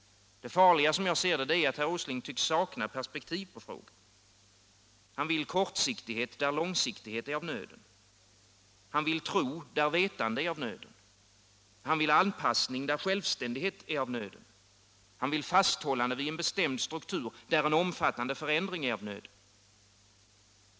Det farliga, som jag ser det, är att herr Åsling saknar perspektiv på frågan. Han vill kortsiktighet där långsiktighet är av nöden. Han vill tro där vetande är av nöden. Han vill anpassning där självständighet är av nöden. Han vill fasthållande vid en bestämd struktur där en omfattande förändring är av nöden.